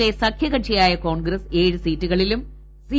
K സഖ്യകക്ഷിയായ കോൺഗ്രസ് ഏഴ് സീറ്റുകളിലും ക് സീ